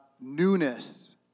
newness